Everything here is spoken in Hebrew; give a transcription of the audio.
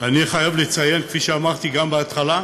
אני חייב לציין, כפי שאמרתי גם בהתחלה,